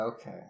Okay